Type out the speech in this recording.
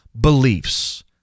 beliefs